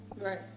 Right